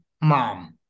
mom